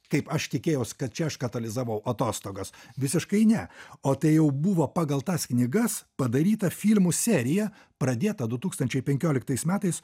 kaip aš tikėjaus kad čia aš kad aš katalizavau atostogas visiškai ne o tai jau buvo pagal tas knygas padaryta filmų serija pradėta du tūkstančiai penkioliktais metais